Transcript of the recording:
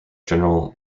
general